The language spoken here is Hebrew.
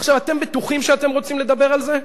עכשיו, אתם בטוחים שאתם רוצים לדבר על זה?